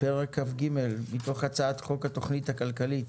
פרק כ"ג מתוך הצעת חוק התוכנית הכלכלית